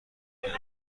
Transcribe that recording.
این